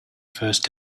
first